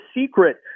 Secret